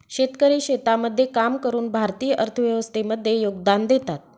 शेतकरी शेतामध्ये काम करून भारतीय अर्थव्यवस्थे मध्ये योगदान देतात